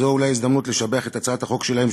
זו אולי הזדמנות לשבח את הצעת החוק שלהם,